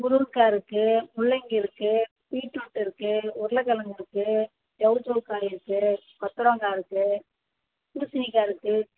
முருங்கக்காய் இருக்குது முள்ளங்கி இருக்குது பீட்ரூட் இருக்குது உருளக்கிலங்கு இருக்குது செளசெள காய் இருக்குது கொத்தவரங்காய் இருக்குது பூசணிக்காய் இருக்குது